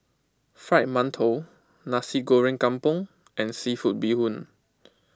Fried Mantou Nasi Goreng Kampung and Seafood Bee Hoon